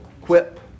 quip